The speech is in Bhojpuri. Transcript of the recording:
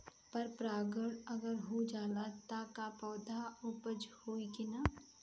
पर परागण अगर हो जाला त का पौधा उपज होई की ना?